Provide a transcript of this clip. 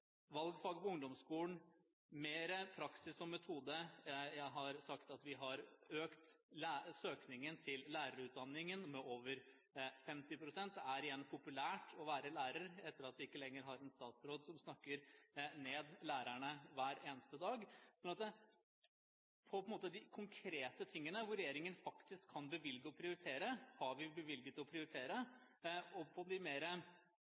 på ungdomsskolen, mer praksis og metode. Jeg har sagt at vi har økt søkningen til lærerutdanningen med over 50 pst. Det er igjen populært å være lærer, etter at vi ikke lenger har en statsråd som snakker ned lærerne hver eneste dag. Så når det gjelder de konkrete tingene, hvor regjeringen faktisk kan bevilge og prioritere, har vi valgt å prioritere, og